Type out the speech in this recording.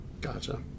Gotcha